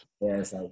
Yes